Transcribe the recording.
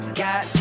got